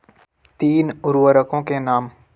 तीन उर्वरकों के नाम?